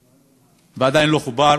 ועדיין לא חובר